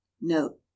Note